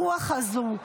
הרוח הזו,